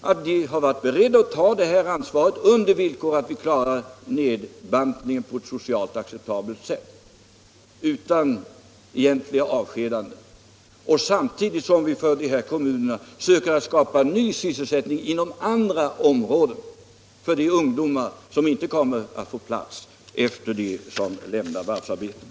att de varit beredda att ta ansvaret på villkor att vi kan klara nedbantningen på ett socialt acceptabelt sätt — utan egentliga avskedanden, samtidigt som vi i de här kommunerna försöker skapa ny sysselsättning inom andra områden för de ungdomar som inte kommer att få plats sedan de lämnat varvsarbetet.